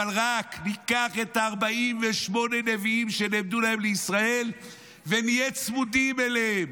אבל רק ניקח את 48 הנביאים שנעמדו להם לישראל ונהיה צמודים אליהם.